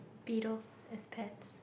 beetles as pets